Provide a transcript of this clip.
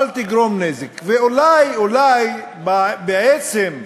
אל תגרום נזק, ואולי, אולי, בעצם,